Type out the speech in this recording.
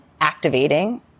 activating